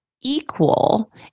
equal